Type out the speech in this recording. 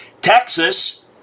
Texas